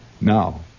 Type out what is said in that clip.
Now